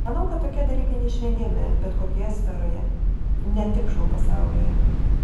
manau tokie dalykai neišvengiami bet kokioje sferoje ne tik šou pasaulyje